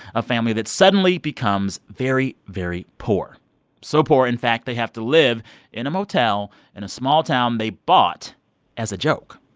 a family that suddenly becomes very, very poor so poor, in fact, they have to live in a motel in and a small town they bought as a joke.